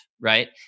right